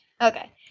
Okay